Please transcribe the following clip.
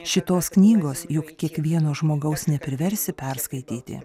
šitos knygos juk kiekvieno žmogaus nepriversi perskaityti